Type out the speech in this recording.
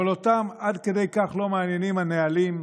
אבל אותם עד כדי כך לא מעניינים הנהלים,